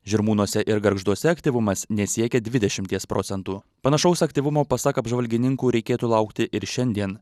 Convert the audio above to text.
žirmūnuose ir gargžduose aktyvumas nesiekė dvidešimties procentų panašaus aktyvumo pasak apžvalgininkų reikėtų laukti ir šiandien